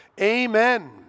amen